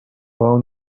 اون